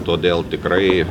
todėl tikrai